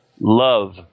Love